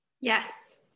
Yes